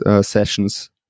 sessions